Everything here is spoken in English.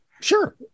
Sure